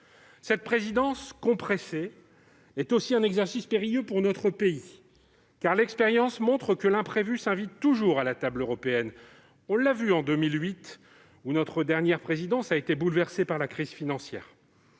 Cette présidence compressée est aussi un exercice périlleux pour notre pays, car l'expérience montre que l'imprévu s'invite toujours à la table européenne. On l'a vu en 2008, lorsque notre dernière présidence a été bouleversée par la crise financière.